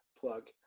plug